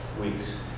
Weeks